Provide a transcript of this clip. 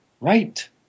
right